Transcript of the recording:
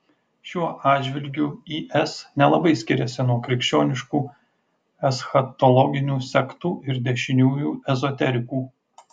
šiuo atžvilgiu is nelabai skiriasi nuo krikščioniškų eschatologinių sektų ir dešiniųjų ezoterikų